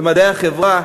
במדעי החברה,